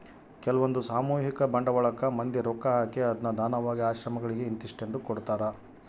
ಕೆಲ್ವಂದು ಸಾಮೂಹಿಕ ಬಂಡವಾಳಕ್ಕ ಮಂದಿ ರೊಕ್ಕ ಹಾಕಿ ಅದ್ನ ದಾನವಾಗಿ ಆಶ್ರಮಗಳಿಗೆ ಇಂತಿಸ್ಟೆಂದು ಕೊಡ್ತರಾ